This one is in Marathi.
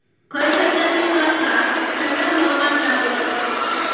खय खयच्या पिकांका थंड हवामान लागतं?